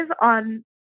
on